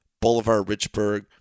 Boulevard-Richburg